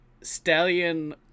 stallion